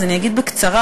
אז אני אגיד בקצרה,